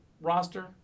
roster